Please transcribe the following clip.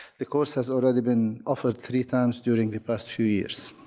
the course has already been offered three times during the past few years.